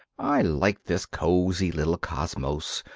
i like this cosy little cosmos,